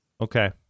Okay